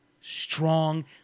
strong